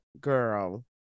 girl